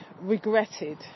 regretted